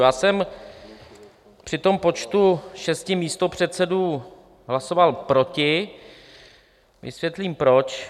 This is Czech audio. Já jsem při počtu šesti místopředsedů hlasoval proti, vysvětlím proč.